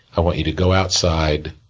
i want you to go outside.